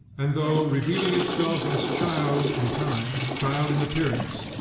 and though revealing itself as child in time, child in appearance,